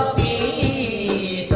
e